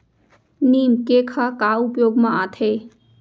नीम cake ह का उपयोग मा आथे?